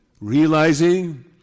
realizing